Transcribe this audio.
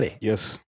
Yes